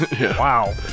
Wow